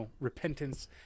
repentance